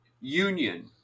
union